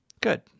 Good